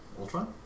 Ultron